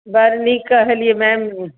बड़ नीक कहलियै मैम